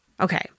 Okay